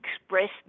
express